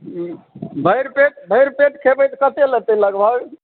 भरि पेट भरि पेट खयबै तऽ कते लेतै लगभग